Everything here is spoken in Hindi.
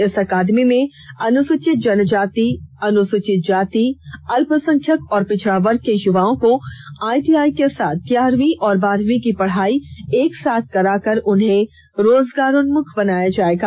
इस अकादमी में अनुसूचित जनजाति अनुसूचित जाति अल्पसंख्यक और पिछड़ा वर्ग के युवाओं को आईटीआई के साथ ग्यारहवीं और बारहवीं की पढ़ाई एक साथ कराकर उन्हें राजगारोन्मुख बनाया जायेगा